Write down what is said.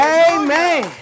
amen